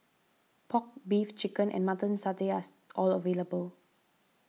Pork Beef Chicken and Mutton Satay are all available